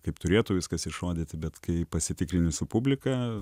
kaip turėtų viskas išrodyti bet kai pasitikrini su publika